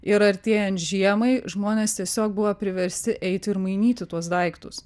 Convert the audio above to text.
ir artėjant žiemai žmonės tiesiog buvo priversti eiti ir mainyti tuos daiktus